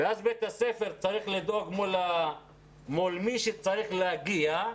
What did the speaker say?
ואז בית הספר צריך לדאוג מול מי שצריך להגיע.